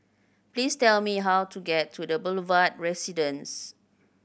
please tell me how to get to The Boulevard Residence